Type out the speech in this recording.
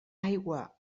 aigua